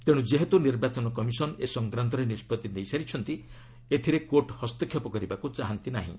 ତେଣୁ ଯେହେତୁ ନିର୍ବାଚନ କମିଶନ୍ ଏ ସଂକ୍ରାନ୍ତରେ ନିଷ୍କଭି ନେଇସାରିଛନ୍ତି ଏଥିରେ କୋର୍ଟ ହସ୍ତକ୍ଷେପ କରିବାକୁ ଚାହାନ୍ତି ନାହିଁ